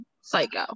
Psycho